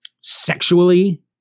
sexually